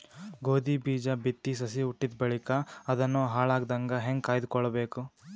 ಗೋಧಿ ಬೀಜ ಬಿತ್ತಿ ಸಸಿ ಹುಟ್ಟಿದ ಬಳಿಕ ಅದನ್ನು ಹಾಳಾಗದಂಗ ಹೇಂಗ ಕಾಯ್ದುಕೊಳಬೇಕು?